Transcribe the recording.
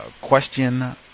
Question